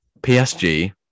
PSG